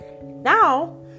Now